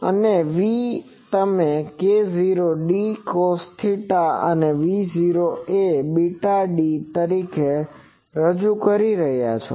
અને V તમે k0d cosθ અને v0 એ βd તરીકે રજૂ કરી રહ્યાં છો